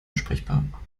ansprechbar